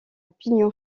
pignon